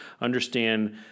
understand